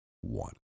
one